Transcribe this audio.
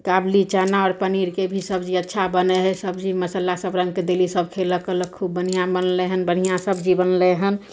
काबुली चना आओर पनीरके भी सब्जी अच्छा बनै हइ सब्जीमे मसल्ला सब रङ्गके देली सब खेलक उलक खूब बढ़िऑं बनलै हन बढ़िऑं सब्जी बनलै हन